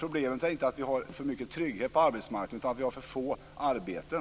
Problemet är inte att vi har för mycket trygghet på arbetsmarknaden, utan att vi har för få arbeten.